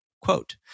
quote